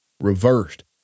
reversed